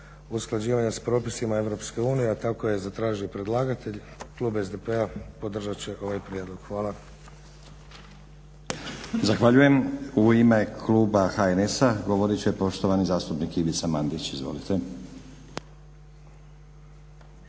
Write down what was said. usklađivanja s propisima Europske unije a tako je zatražio predlagatelj. Klub SDP-a podržati će ovaj prijedlog. Hvala.